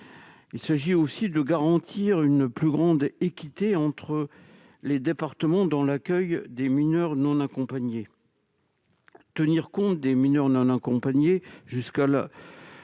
Il s'agit de garantir une plus grande équité entre les départements dans l'accueil des mineurs non accompagnés. Tenir compte des mineurs non accompagnés jusqu'à l'âge de 21 ans